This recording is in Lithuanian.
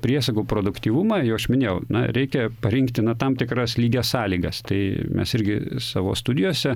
priesagų produktyvumą jau aš minėjau na reikia parinkti na tam tikras lygias sąlygas tai mes irgi savo studijose